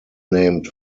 named